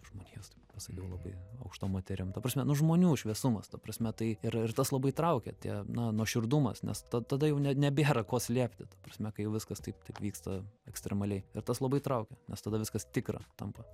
žmonijos taip pasakiau labai aukštom materijom ta prasme nu žmonių šviesumas ta prasme tai ir ir tas labai traukia tie na nuoširdumas nes ta tada jau ne nebėra ko slėpti ta prasme kai jau viskas taip taip vyksta ekstremaliai ir tas labai traukia nes tada viskas tikra tampa